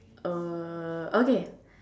uh okay